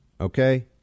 Okay